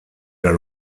der